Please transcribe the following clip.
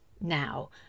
now